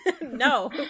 no